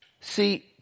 See